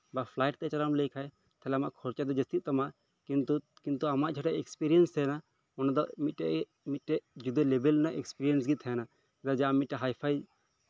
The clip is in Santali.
ᱵᱟ ᱯᱷᱞᱟᱭᱤᱴ ᱛᱮ ᱪᱟᱞᱟᱜ ᱮᱢ ᱞᱟᱹᱭᱮᱫ ᱠᱷᱟᱱ ᱛᱟᱦᱚᱞᱮ ᱟᱢᱟᱜ ᱠᱷᱚᱨᱪᱟ ᱫᱚ ᱡᱟᱹᱥᱛᱤᱜ ᱛᱟᱢᱟ ᱠᱤᱱᱛᱩ ᱠᱤᱱᱛᱩ ᱟᱢᱟᱜ ᱡᱟᱦᱟᱸ ᱮᱠᱥᱯᱨᱮᱭᱮᱱᱥ ᱛᱟᱦᱮᱱᱟ ᱚᱱᱟ ᱫᱚ ᱢᱤᱫ ᱴᱮᱱ ᱜᱮ ᱢᱤᱫ ᱴᱮᱱ ᱡᱩᱫᱟᱹ ᱞᱮᱵᱮᱞ ᱨᱮᱭᱟᱜ ᱮᱠᱥᱯᱨᱮᱭᱮᱱᱥ ᱜᱮ ᱛᱟᱦᱮᱱᱟ ᱚᱱᱮ ᱡᱮ ᱟᱢ ᱢᱤᱫ ᱴᱟᱱ ᱦᱟᱭᱯᱷᱟᱭ